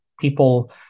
people